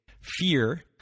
fear